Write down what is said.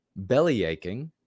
bellyaching